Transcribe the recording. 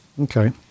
okay